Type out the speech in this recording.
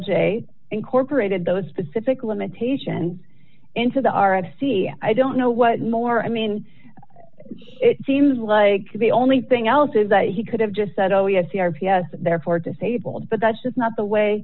j incorporated those specific limitations into the r f c i don't know what more i mean it seems like the only thing else is that he could have just said oh yes he r p s and therefore disabled but that's just not the way